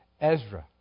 Ezra